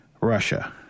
Russia